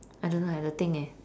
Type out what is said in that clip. I don't know eh have to think eh